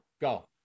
go